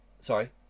sorry